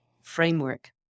framework